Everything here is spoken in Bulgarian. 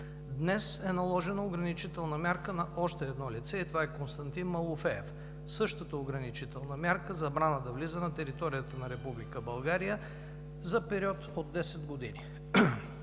Днес е наложена ограничителна мярка на още едно лице и това е Константин Малофеев със същата ограничителна мярка – забрана за влизане на територията на Република България за период от 10 години.